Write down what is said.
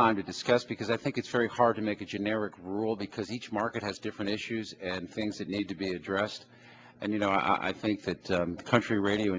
time to discuss because i think it's very hard to make a generic rule because each market has different issues and things that need to be addressed and you know i think that the country radio